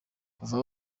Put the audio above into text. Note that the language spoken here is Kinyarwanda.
kuva